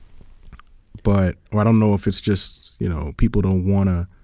but, i don't know if it's just, you know people don't want to,